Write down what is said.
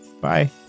Bye